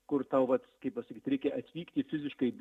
kur tau vat kaip pasakyt reikia atvykti fiziškai